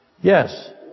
Yes